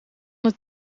het